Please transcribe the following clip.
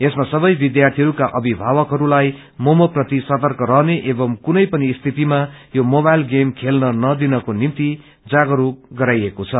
यसमा सबै विद्यार्थीहरूका अभिमावकहरूलाई मोमो प्रति सर्तक रहने एवं कुनै पनि स्थितिमा यो मोबाइल गेम खेल्न नदिनको निम्ति जागस्क गरिएको छ